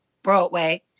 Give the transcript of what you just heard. Broadway